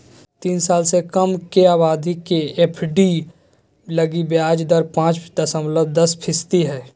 तीन साल से कम के अवधि के एफ.डी लगी ब्याज दर पांच दशमलब दस फीसदी हइ